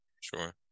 Sure